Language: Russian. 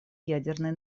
ядерной